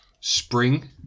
Spring